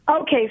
Okay